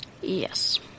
Yes